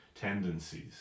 tendencies